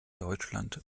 deutschland